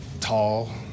tall